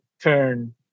turn